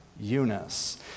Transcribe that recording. Eunice